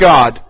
God